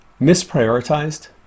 misprioritized